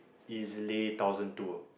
easily thousand two ah